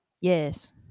Yes